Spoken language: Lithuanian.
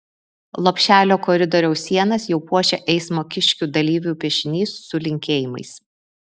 lopšelio koridoriaus sienas jau puošia eismo kiškių dalyvių piešinys su linkėjimais